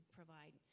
provide